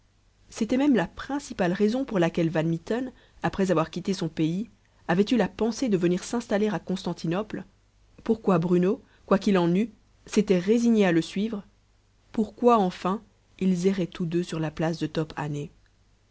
c'était même la principale raison pour laquelle van mitten après avoir quitté son pays avait eu la pensée de venir s'installer à constantinople pourquoi bruno quoi qu'il en eût s'était résigné à l'y suivre pourquoi enfin ils erraient tous deux sur la place de